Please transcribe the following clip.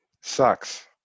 Sucks